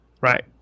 Right